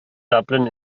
dublin